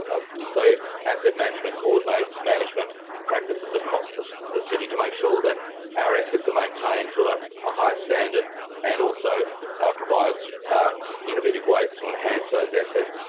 ah asset management coordinates management practices across the the city, to make sure that our assets are maintained to ah a high standard and also provides innovative ways to enhance those assets.